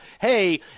hey